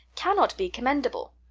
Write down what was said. cannot be commendable.